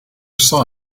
saw